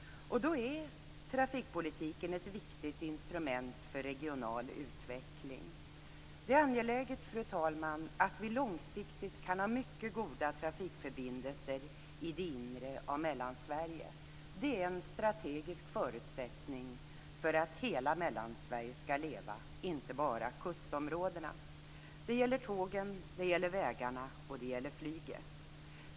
Då är trafikpolitiken ett viktigt instrument för regional utveckling. Det är angeläget, fru talman, att vi långsiktigt kan ha mycket goda trafikförbindelser i det inre av Mellansverige. Det är en strategisk förutsättning för att hela Mellansverige skall leva och inte bara kustområdena. Det gäller tågen, det gäller vägarna och det gäller flyget.